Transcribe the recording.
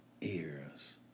ears